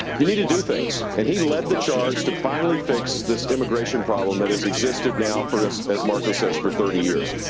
you need to do things. and he led the charge to finally fix this immigration problem that has existed now for, as as marco says, for thirty years.